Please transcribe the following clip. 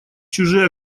чужие